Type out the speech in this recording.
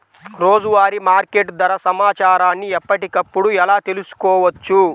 రోజువారీ మార్కెట్ ధర సమాచారాన్ని ఎప్పటికప్పుడు ఎలా తెలుసుకోవచ్చు?